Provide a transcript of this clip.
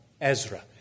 Ezra